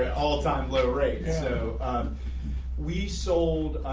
ah all time low rate. so we sold